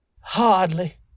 Hardly